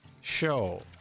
show